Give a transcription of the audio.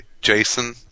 Jason